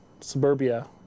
Suburbia